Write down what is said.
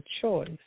choice